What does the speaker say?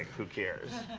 who cares?